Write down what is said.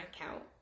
account